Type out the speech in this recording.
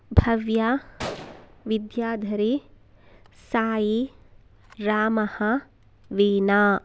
भव्या विद्याधरी सायि रामः वीणा